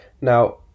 Now